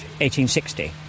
1860